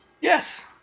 Yes